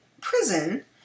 prison